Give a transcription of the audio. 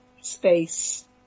space